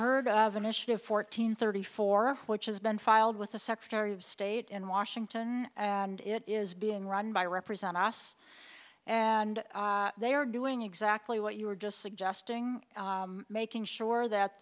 heard of initiative fourteen thirty four which has been filed with the secretary of state in washington and it is being run by represent us and they are doing exactly what you were just suggesting making sure that